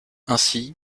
ainsi